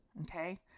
Okay